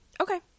okay